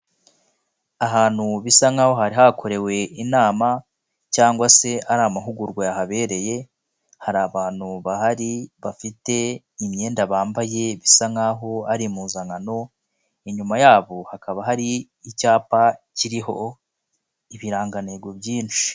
Ahantu bisa nk'aho hari hakorewe inama cyangwa se ari amahugurwa yahabereye, hari abantu bahari bafite imyenda bambaye bisa nkaho ari impuzankano, inyuma yabo hakaba hari icyapa kiriho ibirangantego byinshi.